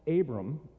Abram